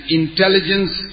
intelligence